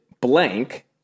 blank